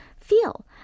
feel